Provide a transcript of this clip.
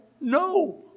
No